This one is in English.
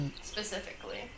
specifically